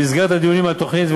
במסגרת הדיונים על התוכנית,